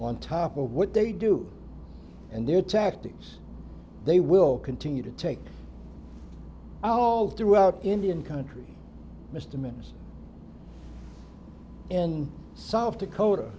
on top of what they do and their tactics they will continue to take all throughout indian country mr minister in south dakota